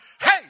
hey